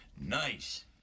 Nice